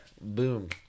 boom